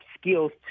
skills